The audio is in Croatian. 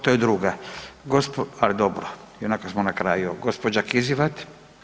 To je druga, ali dobro ionako smo na kraju. gđa. Kizivat.